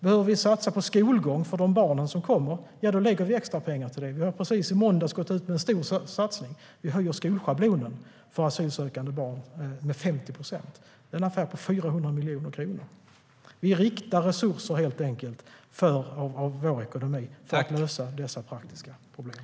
Behöver vi satsa på skolgång för de barn som kommer, ja, då lägger vi extrapengar till det. I måndags gick vi ut med en stor satsning där vi höjer skolschablonen för asylsökande barn med 50 procent. Det är en affär på 400 miljoner kronor. Vi riktar helt enkelt resurser av vår ekonomi för att lösa dessa praktiska problem.